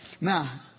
Now